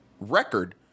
record